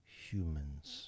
humans